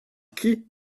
qui